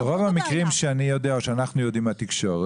אבל רוב המקרים שאני יודע או שאנחנו יודעים מהתקשורת,